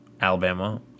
Alabama